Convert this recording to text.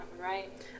right